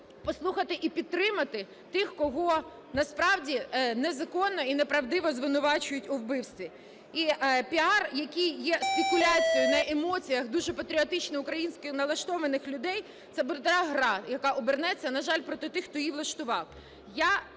послухати, і підтримати тих, кого насправді незаконно і неправдиво звинувачують у вбивстві. І піар, який є спекуляцією на емоціях дуже патріотично українськи налаштованих людей, - це брудна гра, яка обернеться, на жаль, проти тих, хто її влаштував.